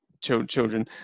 children